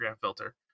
filter